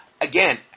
Again